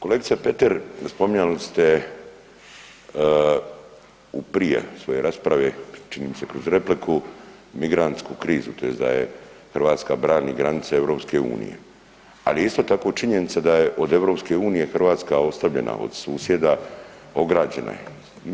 Kolegice Petir spominjali ste u prije svojoj raspravi čini mi se kroz repliku, migrantsku krizu tj. da je Hrvatska brani granice EU, ali je isto tako činjenica da je od EU Hrvatska oslabljena od susjeda, ograđena je.